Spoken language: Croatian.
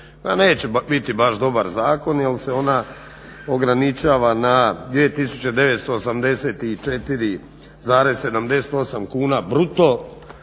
neće biti baš dobar zakon jer se ona ograničava na 2984,78 kuna bruto